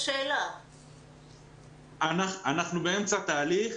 אנחנו באמצע תהליך.